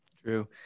True